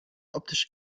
optisch